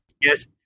Yes